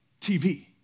TV